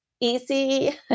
easy